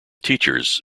teachers